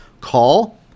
call